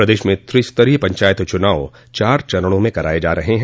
प्रदेश में त्रिस्तरीय पंचायत चुनाव चार चरणों में कराये जा रहे हैं